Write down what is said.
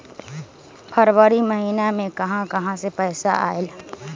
फरवरी महिना मे कहा कहा से पैसा आएल?